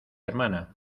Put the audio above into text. hermana